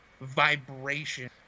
vibration